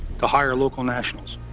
to hire local nationals.